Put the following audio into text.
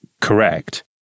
correct